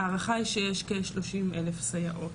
הערכה היא שיש כשלושים אלף סייעות.